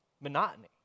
monotony